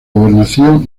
gobernación